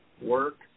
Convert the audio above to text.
Work